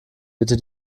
bitte